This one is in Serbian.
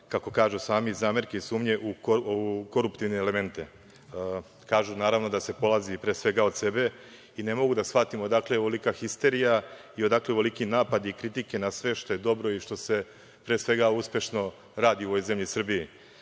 kako kažu sami, zamerke i sumnje u koruptivne elemente. Kažu, naravno, da se polazi pre svega od sebe i ne mogu da shvatim odakle ovolika histerija i odakle ovoliki napadi i kritike na sve što je dobro i što se pre svega uspešno radi u ovoj zemlji Srbiji. Vidim